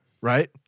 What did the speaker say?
right